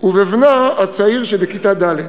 ובבנה הצעיר שבכיתה ד'.